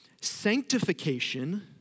sanctification